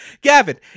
Gavin